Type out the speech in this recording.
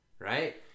Right